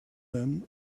them